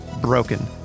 broken